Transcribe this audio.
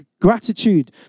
gratitude